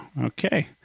okay